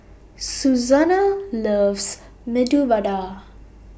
Susannah loves Medu Vada